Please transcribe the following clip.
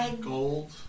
Gold